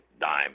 dime